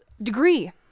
Degree